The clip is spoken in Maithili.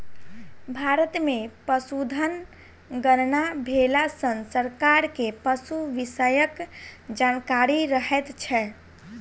भारत मे पशुधन गणना भेला सॅ सरकार के पशु विषयक जानकारी रहैत छै